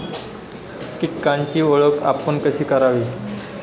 कीटकांची ओळख आपण कशी करावी?